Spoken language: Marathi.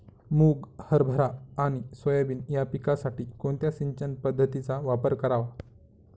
मुग, हरभरा आणि सोयाबीन या पिकासाठी कोणत्या सिंचन पद्धतीचा वापर करावा?